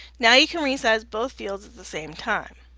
now you can re-size both fields at the same time.